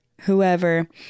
whoever